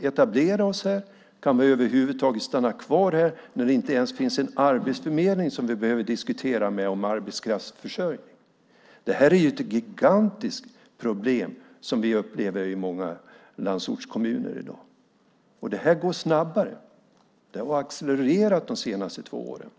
etablera sig eller stanna kvar när det inte ens finns en arbetsförmedling att diskutera arbetskraftsförsörjning med. Detta är ett gigantiskt problem som vi upplever i många landsortskommuner i dag. Det går snabbare; det har accelererat de senaste två åren.